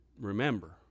remember